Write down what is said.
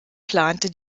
plante